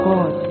God